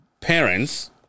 parents